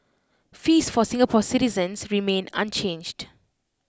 fees for Singapore citizens remain unchanged